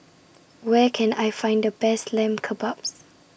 Where Can I Find The Best Lamb Kebabs